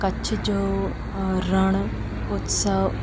कछ जो रण उत्सव